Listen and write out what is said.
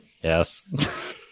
Yes